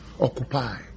Occupy